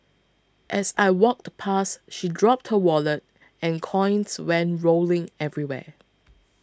as I walked past she dropped her wallet and coins went rolling everywhere